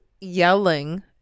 yelling